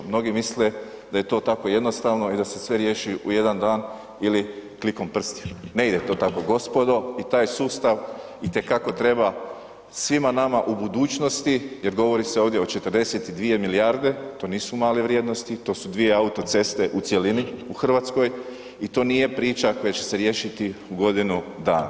Mnogi misle da je to tako jednostavno i da se sve riješi u jedan dan ili klikom prstima, ne ide to tako gospodo i taj sustav itekako treba svima nama u budućnosti jer govori se ovdje o 42 milijarde, to nisu male vrijednosti, to su dvije autoceste u cjelini u Hrvatskoj i to nije priča koja će riješiti u godinu dana.